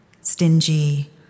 Stingy